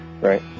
Right